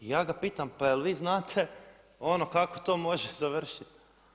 I ja ga pitam, pa je li vi znate ono kako to može završiti.